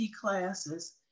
classes